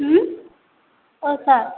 औ सार